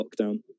lockdown